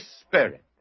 Spirit